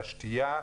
של השתייה,